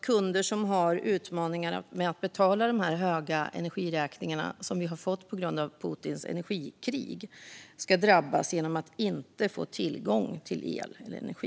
Kunder som har utmaningar med att betala de höga energiräkningar som vi har fått på grund av Putins energikrig ska inte drabbas genom att inte få tillgång till el och energi.